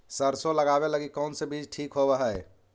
सरसों लगावे लगी कौन से बीज ठीक होव हई?